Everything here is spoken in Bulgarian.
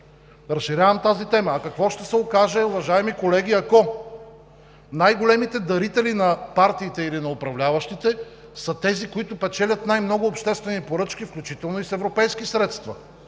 Разширявам тази тема – а какво ще се окаже, уважаеми колеги, ако най-големите дарители на партиите или на управляващите, са тези, които печелят най-много обществени поръчки, включително с европейски средства?